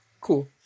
cool